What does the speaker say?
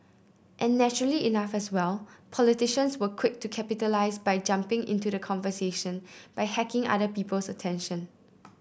and naturally enough as well politicians were quick to capitalise by jumping into the conversation by hacking other people's attention